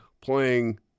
playing